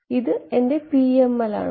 ഇത് എന്റെ PML ആണ്